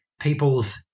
people's